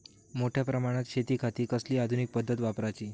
मोठ्या प्रमानात शेतिखाती कसली आधूनिक पद्धत वापराची?